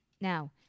Now